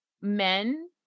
men